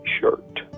shirt